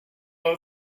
low